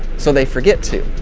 so they forget to.